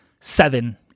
seven